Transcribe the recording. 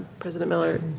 president miller,